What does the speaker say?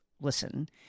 listen